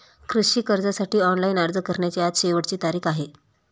कृषी कर्जासाठी ऑनलाइन अर्ज करण्याची आज शेवटची तारीख आहे